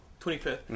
25th